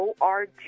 .org